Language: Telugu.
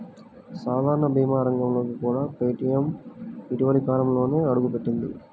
సాధారణ భీమా రంగంలోకి కూడా పేటీఎం ఇటీవలి కాలంలోనే అడుగుపెట్టింది